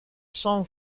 son